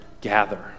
Gather